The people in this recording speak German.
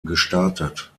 gestartet